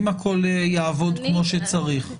אם הכול יעבוד כמו שצריך.